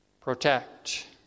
protect